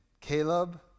Caleb